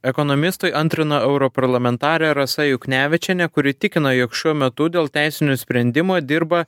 ekonomistui antrina europarlamentarė rasa juknevičienė kuri tikina jog šiuo metu dėl teisinių sprendimų dirba